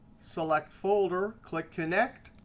select folder, click connect,